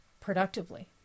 productively